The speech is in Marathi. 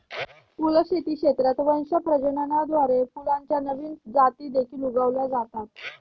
फुलशेती क्षेत्रात वंश प्रजननाद्वारे फुलांच्या नवीन जाती देखील उगवल्या जातात